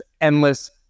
endless